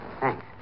Thanks